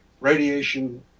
radiation